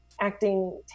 acting